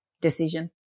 decision